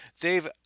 Dave